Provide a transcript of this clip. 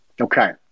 Okay